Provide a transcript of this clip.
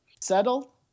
Settle